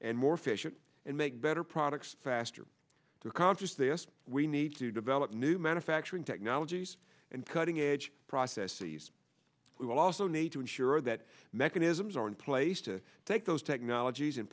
and more efficient and make better products faster to contest this we need to develop new manufacturing technologies and cutting edge processes we will also need to ensure that mechanisms are in place to take those technologies and